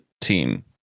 team